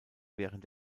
während